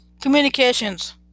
Communications